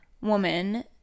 woman